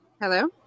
Hello